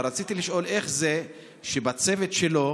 אבל רציתי לשאול איך זה שבצוות שלו